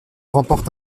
remportent